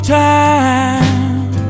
time